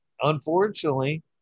unfortunately